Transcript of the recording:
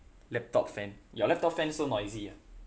laptop fan your laptop fan so noisy ah